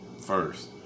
first